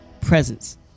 presence